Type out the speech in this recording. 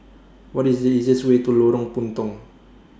What IS The easiest Way to Lorong Puntong